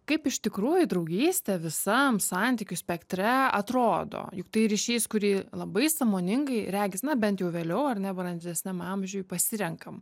kaip iš tikrųjų draugystė visam santykių spektre atrodo juk tai ryšys kurį labai sąmoningai regis na bent jau vėliau ar ne brandžesniam amžiuj pasirenkam